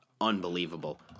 unbelievable